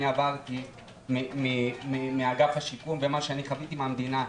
עברתי מאגף השיקום ומה שאני חוויתי מהמדינה.